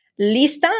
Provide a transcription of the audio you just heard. Lista